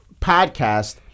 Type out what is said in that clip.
podcast